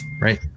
right